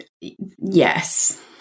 Yes